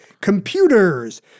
computers